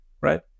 right